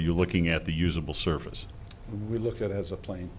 you looking at the usable surface we look at as a plane